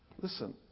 Listen